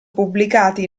pubblicate